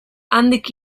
handik